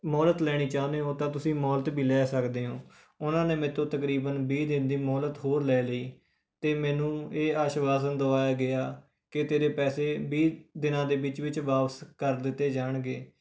ਮੋਹਲਤ ਲੈਣੀ ਚਾਹੁੰਦੇ ਹੋ ਤਾਂ ਤੁਸੀਂ ਮੋਹਲਤ ਵੀ ਲੈ ਸਕਦੇ ਹੋ ਉਹਨਾਂ ਨੇ ਮੇਰੇ ਤੋਂ ਤਕਰੀਬਨ ਵੀਹ ਦਿਨ ਦੀ ਮੋਹਲਤ ਹੋਰ ਲੈ ਲਈ ਅਤੇ ਮੈਨੂੰ ਇਹ ਆਸਵਾਸ਼ਨ ਦੁਆਇਆ ਗਿਆ ਕਿ ਤੇਰੇ ਪੈਸੇ ਵੀਹ ਦਿਨਾਂ ਦੇ ਵਿੱਚ ਵਿੱਚ ਵਾਪਸ ਕਰ ਦਿੱਤੇ ਜਾਣਗੇ